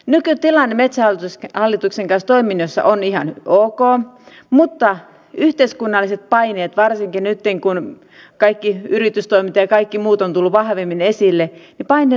nykytilanne metsähallituksen kanssa toimimisessa on ihan ok mutta yhteiskunnalliset paineet varsinkin nytten kun kaikki yritystoiminta ja kaikki muu on tullut vahvemmin esille kasvavat